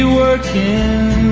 working